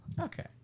Okay